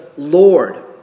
Lord